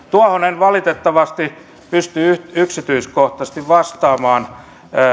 tuohon en valitettavasti pysty yksityiskohtaisesti vastaamaan